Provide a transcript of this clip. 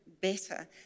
better